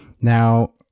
Now